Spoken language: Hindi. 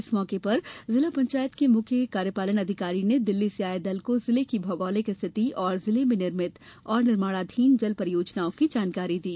इस मौके पर जिला पंचायत की मुख्य कार्यपालन अधिकारी ने दिल्ली से आये दल को जिले की भौगोलिक स्थिति तथा जिले में निर्मित एवं निर्माणाधीन जल परियोजनाओं की जानकारी दी